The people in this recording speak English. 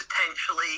potentially